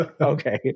Okay